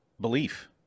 belief